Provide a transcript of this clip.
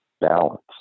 balance